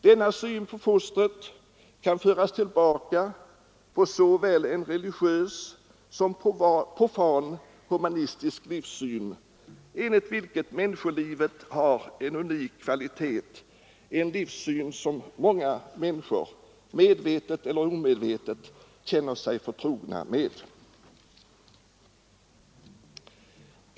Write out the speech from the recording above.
Denna syn på fostret kan föras tillbaka på såväl en religiös som en profan humanistisk livssyn, enligt vilken människolivet har en unik kvalitet — en livssyn som många människor medvetet eller omedvetet känner sig förtrogna med.